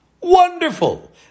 Wonderful